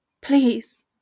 Please